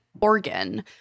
organ